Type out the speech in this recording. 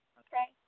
okay